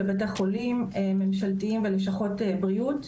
לבתי חולים ממשלתיים ולשכות בריאות.